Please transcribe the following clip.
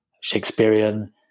Shakespearean